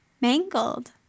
mangled